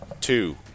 Two